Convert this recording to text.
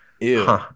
Ew